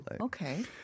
Okay